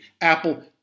Apple